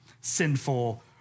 sinful